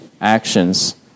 actions